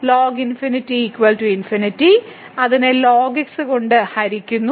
ln ∞∞ അതിനെ lnx കൊണ്ട് ഹരിക്കുന്നു